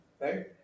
right